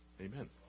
amen